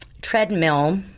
treadmill